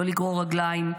לא לגרור רגליים,